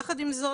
יחד עם זאת,